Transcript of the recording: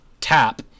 tap